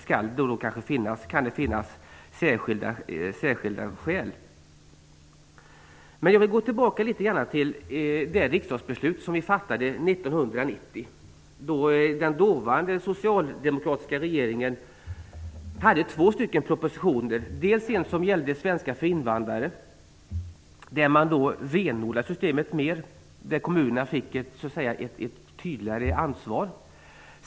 Men i de fallen kan det finnas särskilda skäl. Jag vill gå tillbaka till det riksdagsbeslut som vi fattade 1990. Den dåvarande socialdemokratiska regeringen lade fram två propositioner. En gällde svenska för invandrare. Där renodlade man systemet mer. Kommunerna fick ett tydligare ansvar.